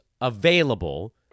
available